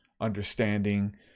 understanding